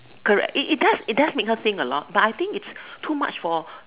correct it does it does make her think a lot but I think its too much for